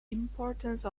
importance